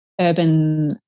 urban